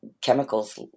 chemicals